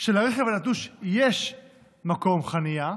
שלרכב הנטוש יש מקום חניה,